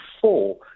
four